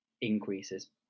increases